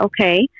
okay